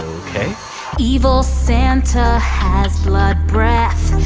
evil santa has blood breath.